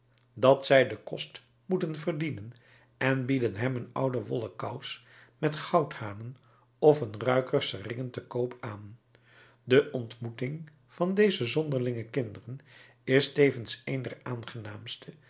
dat zij den kost moeten verdienen en bieden hem een oude wollen kous met goudhanen of een ruiker seringen te koop aan de ontmoeting van deze zonderlinge kinderen is tevens een der aangenaamste en